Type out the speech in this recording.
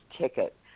ticket